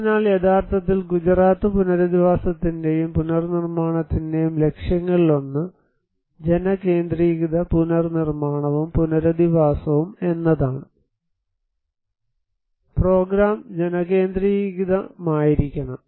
അതിനാൽ യഥാർത്ഥത്തിൽ ഗുജറാത്ത് പുനരധിവാസത്തിന്റെയും പുനർനിർമ്മാണത്തിന്റെയും ലക്ഷ്യങ്ങളിലൊന്ന് ജനകേന്ദ്രീകൃത പുനർനിർമാണവും പുനരധിവാസവും എന്നതാണ് പ്രോഗ്രാം ജനകേന്ദ്രീകൃതമായിരിക്കണം